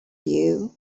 you